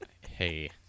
Hey